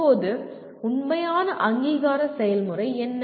இப்போது உண்மையான அங்கீகார செயல்முறை என்ன